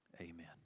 Amen